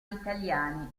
italiani